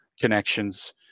connections